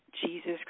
Jesus